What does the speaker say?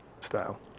style